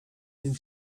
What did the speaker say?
nie